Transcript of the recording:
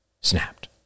snapped